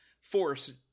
force